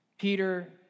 Peter